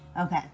Okay